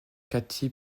katy